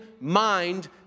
mind